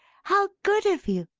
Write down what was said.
how good of you!